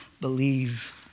believe